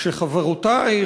כשחברותי,